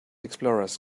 explorers